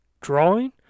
drawing